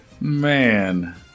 Man